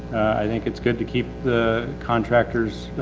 i think it's good to, keep the contractors,